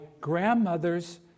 grandmother's